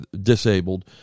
disabled